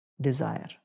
desire